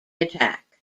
attack